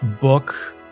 book